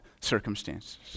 circumstances